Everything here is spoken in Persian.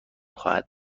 خواهد